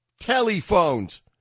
telephones